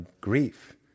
grief